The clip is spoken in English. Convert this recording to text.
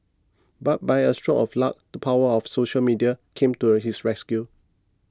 but by a stroke of luck the power of social media came to a his rescue